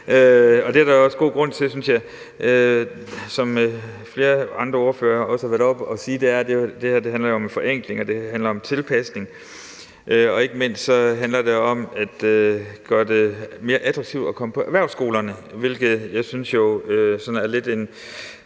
det er der også god grund til, synes jeg. Som flere andre ordførere også har været oppe at sige, handler det her jo om en forenkling og om tilpasning, og ikke mindst handler det om at gøre det mere attraktivt at komme på erhvervsskole, hvilket jeg jo synes er noget,